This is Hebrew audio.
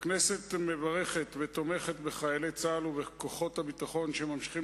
הכנסת מברכת ותומכת בחיילי צה"ל ובכוחות הביטחון שממשיכים